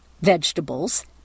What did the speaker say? vegetables